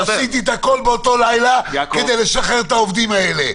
עשיתי את הכול באותו לילה כדי לשחרר את העובדים האלה.